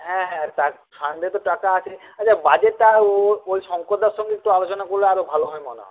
হ্যাঁ হ্যাঁ ফান্ডে তো টাকা আছে আচ্ছা বাজেটটা ও ওই শঙ্করদার সঙ্গে একটু আলোচনা করলে আরও ভালো হয় মনে হয়